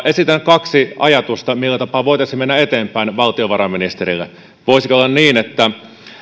esitän kaksi ajatusta millä tapaa voitaisiin mennä eteenpäin valtiovarainministerille voisiko olla niin että